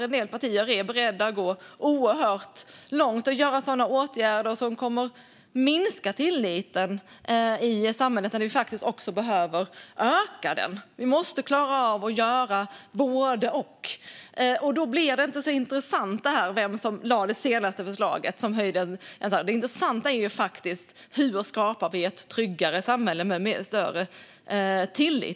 En del partier är beredda att gå oerhört långt och vidta åtgärder som kommer att minska tilliten i samhället när vi faktiskt behöver öka den. Vi måste klara av att göra både och. Då blir det inte så intressant vem som lade fram det senaste förslaget. Det intressanta är ju faktiskt hur vi skapar ett tryggare samhälle med större tillit.